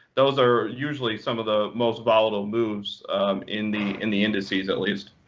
those are usually some of the most volatile moves in the in the indices, at least.